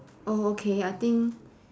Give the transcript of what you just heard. oh okay I think